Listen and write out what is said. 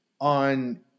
on